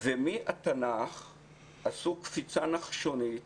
ומהתנ"ך עשו קפיצה נחשונית